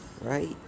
right